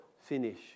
finish